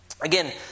Again